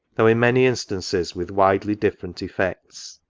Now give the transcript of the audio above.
though in many instances with widely-different effects.